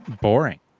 boring